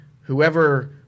whoever